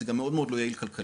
זה גם מאוד מאוד לא יעיל כלכלית,